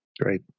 Great